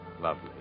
Lovely